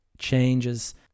changes